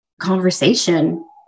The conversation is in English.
conversation